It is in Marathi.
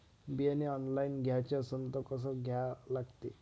बियाने ऑनलाइन घ्याचे असन त कसं घ्या लागते?